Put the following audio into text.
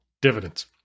dividends